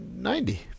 Ninety